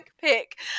Pick